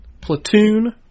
Platoon